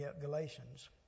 Galatians